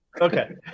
Okay